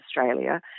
Australia